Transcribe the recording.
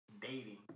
dating